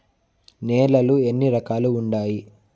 నేలలు ఎన్ని రకాలు వుండాయి?